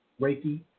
Reiki